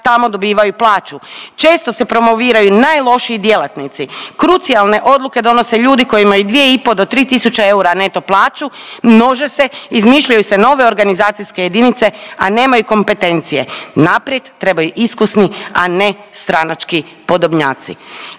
tamo dobivaju plaću. Često se promoviraju najlošiji djelatnici. Krucijalne odluke donose ljudi koji imaju 2,5 do 3 tisuće eura neto plaću, množe se, izmišljaju se nove organizacijske jedinice, a nemaju kompetencije. Naprijed trebaju iskusni, a ne stranački podobnjaci.